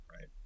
Right